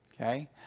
Okay